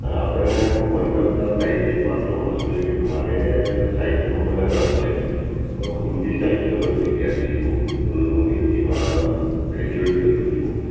અ આપણે મનગમતા સાહિત્યિક પાત્રોમાં શું છે કે મારે સાહિત્યમાં મને રસ છે ને હું હિન્દી સાહિત્યનો જ વિદ્યાર્થી છું હું હિન્દીમાં ગ્રેજ્યુએટ થયેલો છું